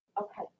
Okay